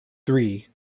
three